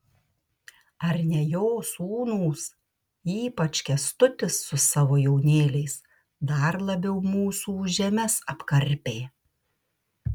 ar ne jo sūnūs ypač kęstutis su savo jaunėliais dar labiau mūsų žemes apkarpė